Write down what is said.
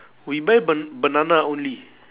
we buy ban~ banana only